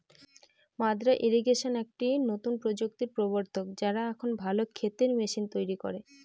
মাদ্দা ইরিগেশন একটি নতুন প্রযুক্তির প্রবর্তক, যারা এখন ভালো ক্ষেতের মেশিন তৈরী করে